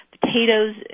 Potatoes